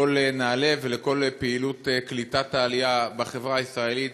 בנעל"ה ובכל פעילות קליטת העלייה בחברה הישראלית,